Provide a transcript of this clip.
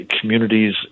communities